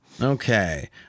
Okay